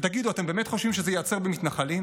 ותגידו, אתם באמת חושבים שזה ייעצר במתנחלים?